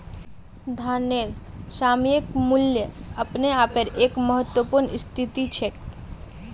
धनेर सामयिक मूल्य अपने आपेर एक महत्वपूर्ण स्थिति छेक